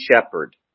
shepherd